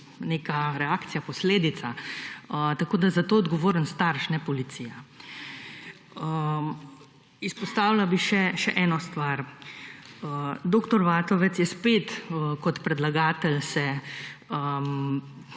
neka reakcija, posledica, tako da za to je odgovoren starš, ne policija. Izpostavila bi še, še eno stvar. Dr. Vatovec je spet kot predlagatelj se